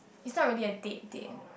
is not really a date date